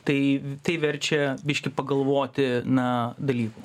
tai tai verčia biškį pagalvoti na dalykų